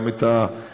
גם את התקנים,